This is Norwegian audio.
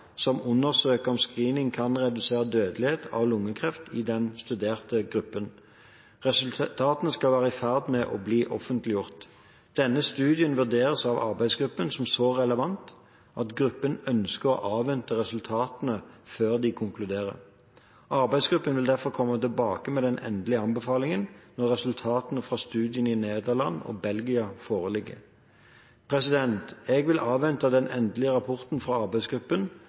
som undersøker om screening kan redusere dødeligheten av lungekreft i den studerte gruppen. Resultatene skal være i ferd med å bli offentliggjort. Denne studien vurderes av arbeidsgruppen som så relevant at gruppen ønsker å avvente resultatene før de konkluderer. Arbeidsgruppen vil derfor komme tilbake med endelige anbefalinger når resultatene av studien fra Nederland og Belgia foreligger. Jeg vil avvente den endelige rapporten fra arbeidsgruppen